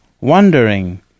wondering